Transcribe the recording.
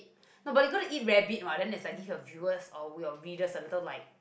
no but they gonna eat rabbit what then is like give your viewers or readers a little like